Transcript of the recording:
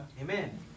Amen